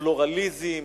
פלורליזם,